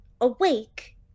awake